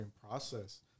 process